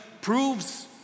proves